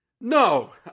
no